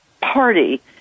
party